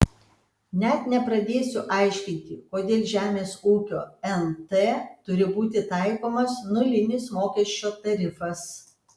net nepradėsiu aiškinti kodėl žemės ūkio nt turi būti taikomas nulinis mokesčio tarifas